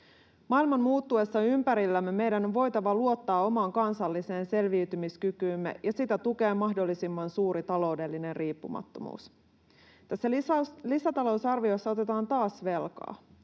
Maailman muuttuessa ympärillämme meidän on voitava luottaa omaan kansalliseen selviytymiskykyymme, ja sitä tukee mahdollisimman suuri taloudellinen riippumattomuus. Tässä lisätalousarviossa otetaan taas velkaa,